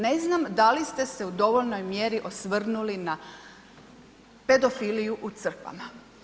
Ne znam, da li ste se u dovoljnoj mjeri osvrnuli na pedofiliju u crkvama?